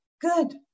Good